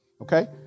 Okay